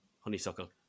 honeysuckle